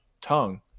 tongue